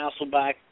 Hasselback